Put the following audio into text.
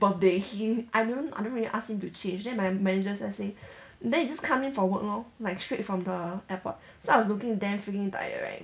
his birthday he I don't I don't want to ask him to change then my manager just say then you just come in for work lor like straight from the airport so I was looking damn freaking tired right